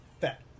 fat